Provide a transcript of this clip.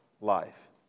life